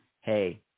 hey